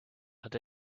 had